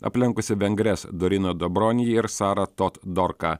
aplenkusi vengres doriną dobroni ir sarą totdorką